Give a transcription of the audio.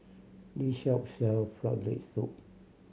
this shop sell Frog Leg Soup